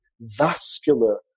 vascular